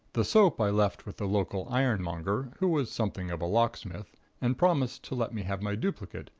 the soap i left with the local ironmonger, who was something of a locksmith and promised to let me have my duplicate,